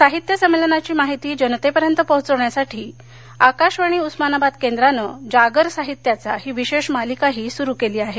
साहित्य संमेलनाची माहिती जनतेपर्यंत पोहोचण्यासाठी आकाशवाणी उस्मानाबाद केंद्रानं जागर साहित्याचा ही विशेष मालिकाही सुरू केली आहे